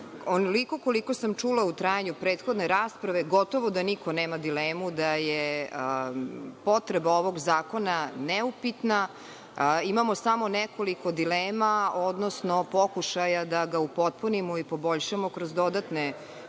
onoliko koliko sam čula u trajanju prethodne rasprave gotovo da niko nema dilemu da je potreba ovog zakona neupitna. Imamo samo nekoliko dilema, odnosno pokušaja da ga upotpunimo i poboljšamo kroz dodatne